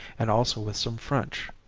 and also with some french.